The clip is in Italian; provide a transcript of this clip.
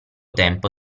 tempo